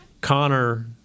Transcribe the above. Connor